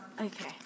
Okay